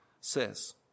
says